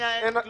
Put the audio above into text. אין ודאות בשוק.